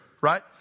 right